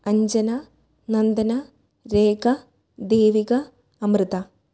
Anjana Nandana Rekha Devika Amrita